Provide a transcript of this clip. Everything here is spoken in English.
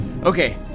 okay